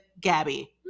Gabby